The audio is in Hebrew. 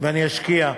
ואני אשקיע.